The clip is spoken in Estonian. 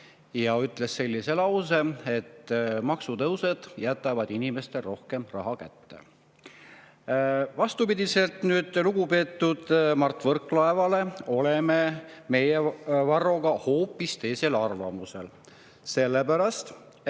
tema ütles sellise lause, et maksutõusud jätavad inimestele rohkem raha kätte. Vastupidi lugupeetud Mart Võrklaevale oleme meie Varroga hoopis teisel arvamusel. Sellepärast,